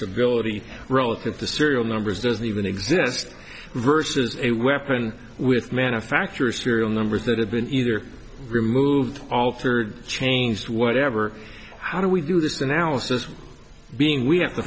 bility relative to serial numbers doesn't even exist versus a weapon with manufacturer serial numbers that have been either removed altered or changed whatever how do we do this analysis being we have t